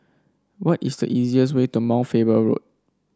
what is the easiest way to Mount Faber Road